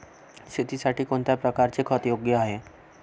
शेतीसाठी कोणत्या प्रकारचे खत योग्य आहे?